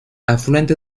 afluente